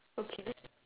okay